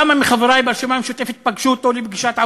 כמה מחברי ברשימה המשותפת פגשו אותו לפגישת עבודה,